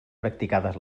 practicades